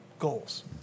goals